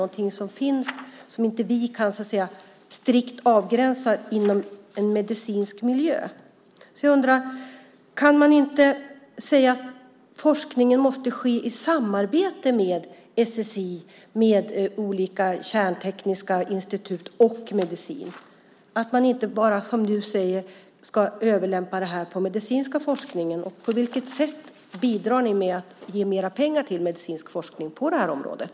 Det är någonting som inte vi kan strikt avgränsa inom en medicinsk miljö. Jag undrar om man inte kan säga att forskningen måste ske i samarbete med SSI, med olika kärntekniska institut och med medicin. Man ska inte bara som du säger överlämpa det här på den medicinska forskningen. På vilket sätt bidrar ni med att ge mer pengar till medicinsk forskning på det här området?